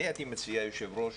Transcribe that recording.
היושב-ראש,